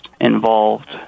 involved